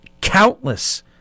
countless